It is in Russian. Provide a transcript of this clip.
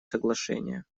соглашения